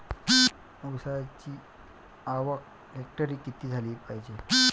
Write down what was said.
ऊसाची आवक हेक्टरी किती झाली पायजे?